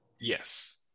Yes